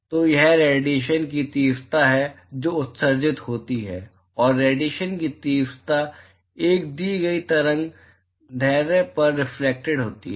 तो यह रेडिएशन की तीव्रता है जो उत्सर्जित होती है और रेडिएशन की तीव्रता एक दी गई तरंग दैर्ध्य पर रिफ्लेक्टेड होती है